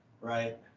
Right